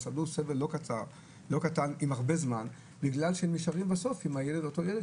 סבלו סבל לא קטן במשך זמן רב בגלל שהם נשארים בבית עם אותו ילד